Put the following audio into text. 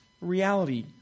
reality